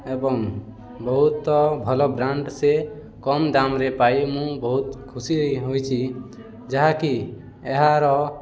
ଏବଂ ବହୁତ ଭଲ ବ୍ରାଣ୍ଡ ସେ କମ୍ ଦାମ୍ରେ ପାଇ ମୁଁ ବହୁତ ଖୁସି ହୋଇଛି ଯାହାକି ଏହାର